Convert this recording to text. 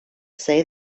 say